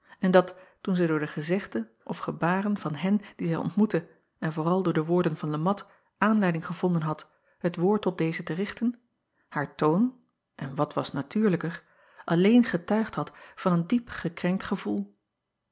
en dat toen zij door de gezegden of gebaren van hen die zij ontmoette en vooral door de woorden van e at aanleiding gevonden had het woord tot dezen te richten haar toon en wat was natuurlijker alleen getuigd had van een diep gekrenkt